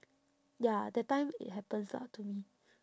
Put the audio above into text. ya that time it happens lah to me